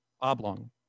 oblong